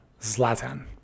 Zlatan